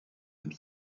and